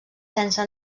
sense